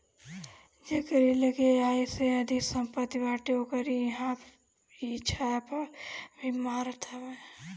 जेकरी लगे आय से अधिका सम्पत्ति बाटे ओकरी इहां इ छापा भी मारत हवे